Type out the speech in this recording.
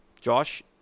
Josh